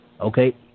okay